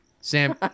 Sam